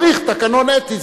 צריך תקנון אתי,